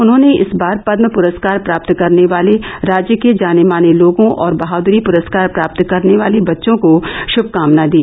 उन्होंने इस बार पदम पुरस्कार प्राप्त करने वाले राज्य के जाने माने लोगों और बहादरी पुरस्कार प्राप्त करने वाले बच्चों को शभकामना दी